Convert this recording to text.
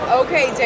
okay